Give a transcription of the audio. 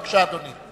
בבקשה, אדוני.